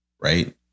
right